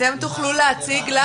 אתם תוכלו להציג לנו